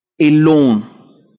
alone